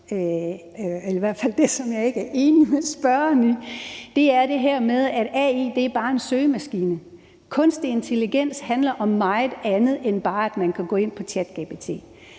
eller i hvert fald det, som jeg ikke er enig med spørgeren i, er det her med, at AI bare er en søgemaskine. Kunstig intelligens handler om meget andet, end at man bare kan gå ind på ChatGPT.